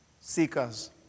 seekers